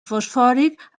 fosfòric